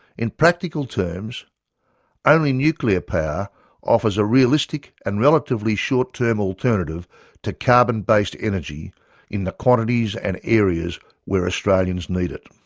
in practical terms only nuclear power offers a realistic and relatively short-term alternative to carbon-based energy in the quantities and areas where australians need it.